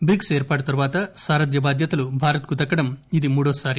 bricks ఏర్పాటు తర్వాత సారధ్య బాధ్యతలు భారత్ కు దక్కడం ఇది మూడోసారి